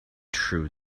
true